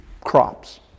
crops